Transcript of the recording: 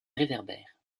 réverbère